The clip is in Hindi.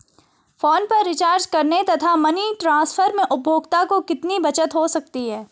फोन पर रिचार्ज करने तथा मनी ट्रांसफर में उपभोक्ता को कितनी बचत हो सकती है?